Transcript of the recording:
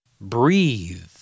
Breathe